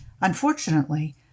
Unfortunately